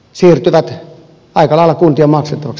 sillä aikaa kun jo maksetut